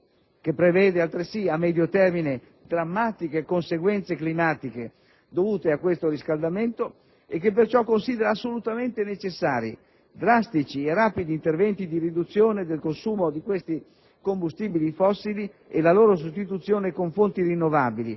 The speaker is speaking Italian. che prevede altresì a medio termine drammatiche conseguenze climatiche dovute a questo riscaldamento e che perciò considera perciò assolutamente necessari drastici e rapidi interventi di riduzione del consumo di questi combustibili fossili e la loro sostituzione con fonti rinnovabili;